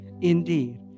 indeed